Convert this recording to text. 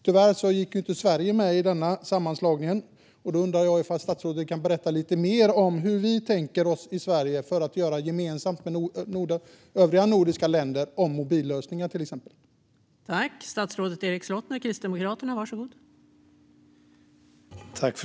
Tyvärr gick inte Sverige med i denna sammanslagning, och jag undrar om statsrådet kan berätta lite mer om hur vi i Sverige tänker göra gemensam sak med övriga nordiska länder när det gäller till exempel mobillösningar.